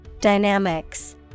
Dynamics